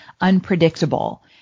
unpredictable